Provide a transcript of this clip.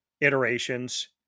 iterations